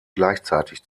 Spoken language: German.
gleichzeitig